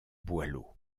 boileau